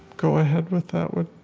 go ahead with that one?